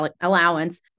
allowance